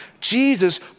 Jesus